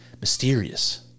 mysterious